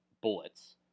bullets